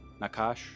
Nakash